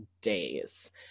days